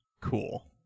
cool